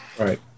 right